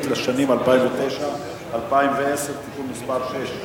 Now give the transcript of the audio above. לשנים 2009 ו-2010) (תיקון מס' 6),